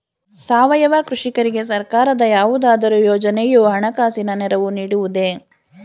ಸಾವಯವ ಕೃಷಿಕರಿಗೆ ಸರ್ಕಾರದ ಯಾವುದಾದರು ಯೋಜನೆಯು ಹಣಕಾಸಿನ ನೆರವು ನೀಡುವುದೇ?